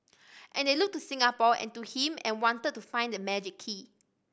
and they looked to Singapore and to him and wanted to find that magic key